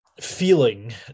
feeling